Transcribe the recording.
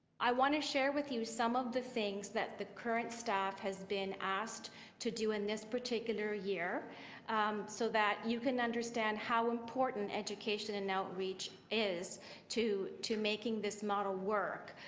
i want to share with you some of the things the current staffer has been asked to do in this particular year so that you can understand how important education and outreach is to to making this model work.